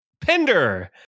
Pender